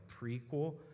prequel